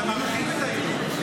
אתה מרחיב את התחום.